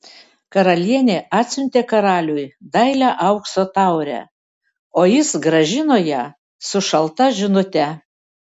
karalienė atsiuntė karaliui dailią aukso taurę o jis grąžino ją su šalta žinute